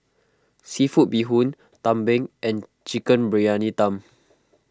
Seafood Bee Hoon Tumpeng and Chicken Briyani Dum